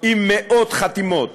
עם מאות חתימות